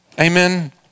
Amen